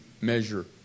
measure